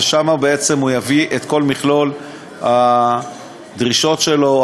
ושם בעצם הוא יביא את כל מכלול הדרישות שלו,